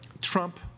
Trump